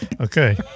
Okay